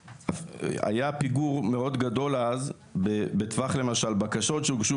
היה פיגור מאוד גדול אז בטווח למשל בקשות שהוגשו